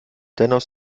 dennoch